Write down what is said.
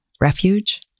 Refuge